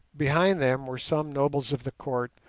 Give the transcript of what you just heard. behind them were some nobles of the court,